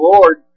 Lord